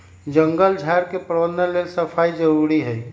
जङगल झार के प्रबंधन लेल सफाई जारुरी हइ